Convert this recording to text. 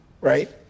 right